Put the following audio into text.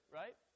right